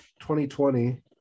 2020